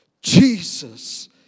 Jesus